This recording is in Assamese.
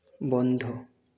বন্ধ